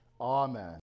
Amen